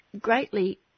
greatly